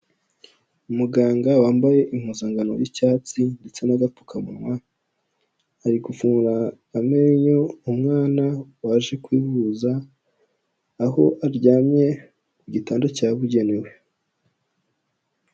Umuganga wambaye impuzankano y'icyatsi ndetse n'agapfukamunwa, ari guvura amenyo umwana waje kwivuza, aho aryamye ku gitanda cyabugenewe.